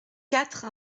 quatre